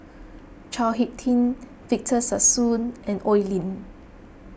Chao Hick Tin Victor Sassoon and Oi Lin